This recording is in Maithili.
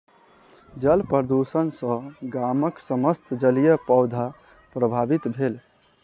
जल प्रदुषण सॅ गामक समस्त जलीय पौधा प्रभावित भेल